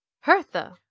Hertha